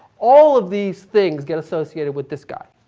all of these things get associated with this guy,